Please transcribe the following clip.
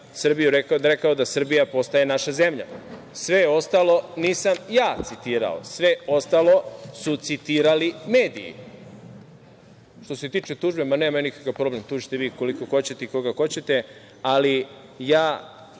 da postaje naša zemlja. Sve ostalo nisam ja citirao. Sve ostalo su citirali mediji. Što se tiče tužbe, nemam nikakav problem, tužite vi koliko hoćete i koga hoćete, ali ovo